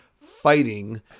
fighting